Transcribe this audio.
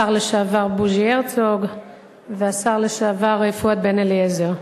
השר לשעבר בוז'י הרצוג והשר לשעבר פואד בן-אליעזר.